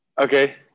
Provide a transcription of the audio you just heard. Okay